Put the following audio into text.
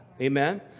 Amen